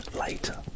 Later